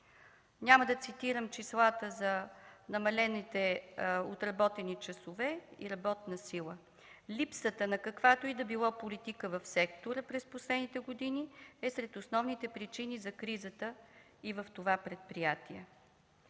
Няма да цитирам числата за намалените отработени часове и работна сила. Липсата на каквато и да било политика в сектора през последните години е сред основните причини за кризата и в това предприятие.